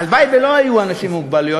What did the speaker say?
הלוואי שלא היו אנשים עם מוגבלויות,